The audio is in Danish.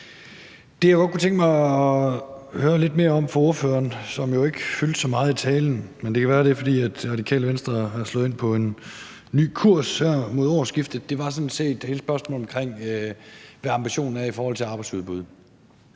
Det, jeg godt kunne tænke mig at høre lidt mere om fra ordføreren, som jo ikke fyldte så meget i talen, men det kan være, at det er, fordi Radikale Venstre er slået ind på en ny kurs her mod årsskiftet, var sådan set hele spørgsmålet omkring, hvad ambitionen er i forhold til arbejdsudbud.